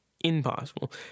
impossible